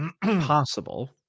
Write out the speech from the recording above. possible